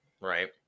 right